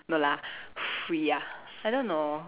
no lah free ah I don't know